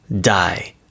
die